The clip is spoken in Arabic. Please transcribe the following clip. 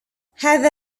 هذا